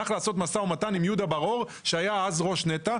הלך לעשות משא ומתן עם יהודה בראון שהיה אז ראש נת"ע,